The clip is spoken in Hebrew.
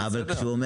בסדר?